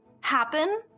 happen